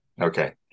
Okay